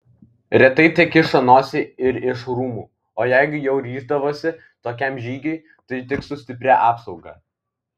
retai tekišo nosį ir iš rūmų o jeigu jau ryždavosi tokiam žygiui tai tik su stipria apsauga